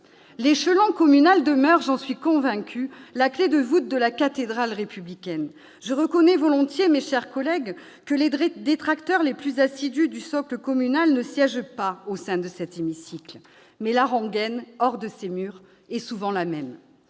L'échelon communal demeure, j'en suis convaincue, la clef de voûte de la cathédrale républicaine. Je reconnais volontiers, mes chers collègues, que les détracteurs les plus assidus du socle communal ne siègent pas au sein de cet hémicycle, mais la rengaine, hors de ces murs, est souvent la même.